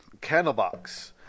Candlebox